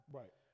right